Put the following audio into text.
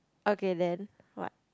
okay then what